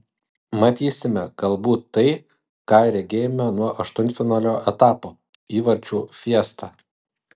matysime galbūt tai ką regėjome nuo aštuntfinalio etapo įvarčių fiestą